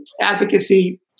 advocacy